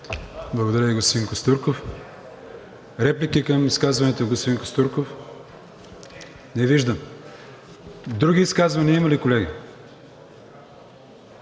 Благодаря Ви, господин Костурков. Реплики към изказването на господин Костурков? Не виждам. Други изказвания има ли, колеги?